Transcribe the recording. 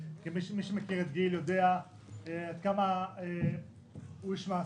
כמי שמכיר את גיל, אני יודע עד כמה הוא איש מעשה.